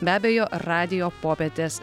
be abejo radijo popietės